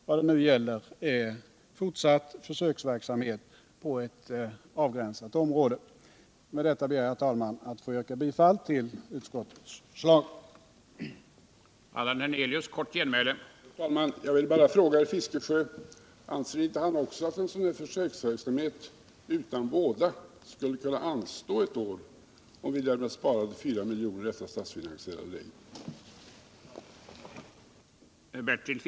Vad det nu gäller är fortsatt försöksverksamhet på ett avgränsat område. Med detta ber jag, herr talman, att få yrka bifall till utskottets förslag.